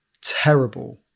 terrible